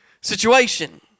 situation